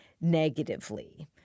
negatively